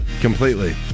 Completely